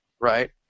right